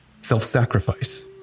self-sacrifice